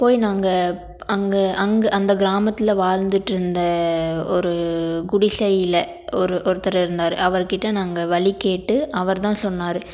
போய் நாங்கள் அங்கே அங்கே அந்த கிராமத்தில் வாழ்ந்துட்ருந்த ஒரு குடிசையில் ஒரு ஒருத்தர் இருந்தார் அவர்கிட்டே நாங்கள் வழி கேட்டு அவர்தான் சொன்னார்